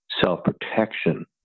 self-protection